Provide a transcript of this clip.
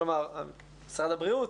כלומר משרד הבריאות,